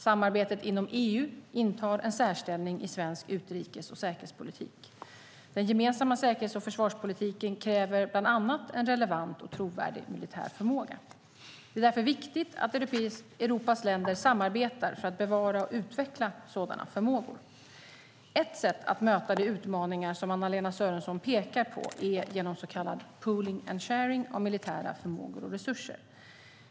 Samarbetet inom EU intar en särställning i svensk utrikes och säkerhetspolitik. Den gemensamma säkerhets och försvarspolitiken kräver bland annat en relevant och trovärdig militär förmåga. Det är därför viktigt att Europas länder samarbetar för att bevara och utveckla sådana förmågor. Ett sätt att möta de utmaningar som Anna-Lena Sörenson pekar på är genom så kallad pooling and sharing av militära förmågor och resurser.